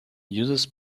uses